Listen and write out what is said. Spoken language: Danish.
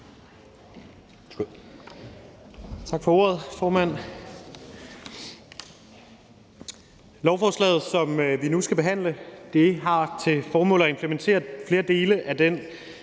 Tak for det, formand.